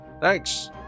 Thanks